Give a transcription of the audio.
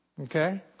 okay